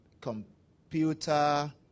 computer